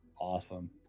Awesome